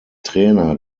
trainer